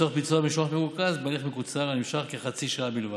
לצורך ביצוע משלוח מרוכז בהליך מקוצר הנמשך כחצי שעה בלבד.